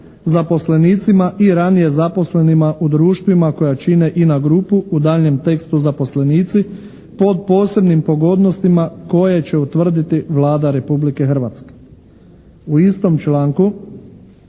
zaposlenicima i ranije zaposlenima u društvima koja čine INA grupu, u daljnjem tekstu zaposlenici, po posebnim pogodnostima koje će utvrditi Vlada Republike Hrvatske. U istom članku